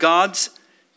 God's